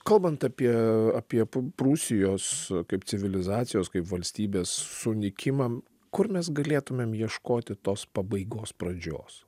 kalbant apie apie p prūsijos kaip civilizacijos kaip valstybės sunykimą kur mes galėtumėm ieškoti tos pabaigos pradžios